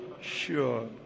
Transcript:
sure